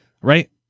right